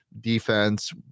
defense